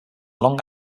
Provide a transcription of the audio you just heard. long